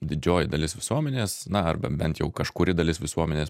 didžioji dalis visuomenės na arba bent jau kažkuri dalis visuomenės